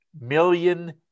million